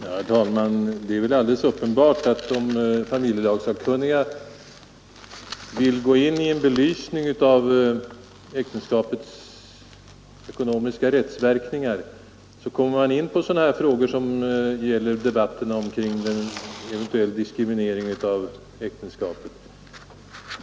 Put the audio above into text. Herr talman! Det är väl alldeles uppenbart att om familjelagssakkunniga nu skall gå in i en belysning av äktenskapets ekonomiska rättsverkningar så kommer man in på sådana frågor som diskuteras i debatten omkring eventuell diskriminering av äktenskapet.